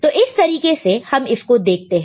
तो इस तरीके से हम इसको देखते हैं